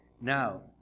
Now